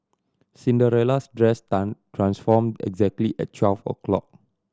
Cinderella's dress transformed exactly at twelve o' clock